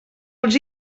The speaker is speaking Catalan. els